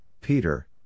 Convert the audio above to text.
Peter